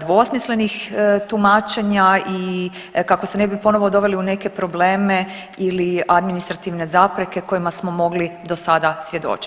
dvosmislenih tumačenja i kako se ne bi ponovo doveli u neke probleme ili administrativne zapreke kojima smo mogli do sada svjedočiti.